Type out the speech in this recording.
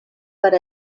per